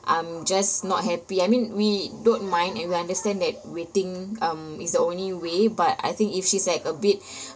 I'm just not happy I mean we don't mind and we understand that waiting um is the only way but I think if she's like a bit